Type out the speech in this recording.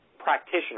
practitioner